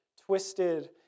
twisted